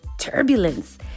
turbulence